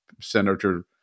Senator